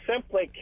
simply